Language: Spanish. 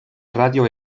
radio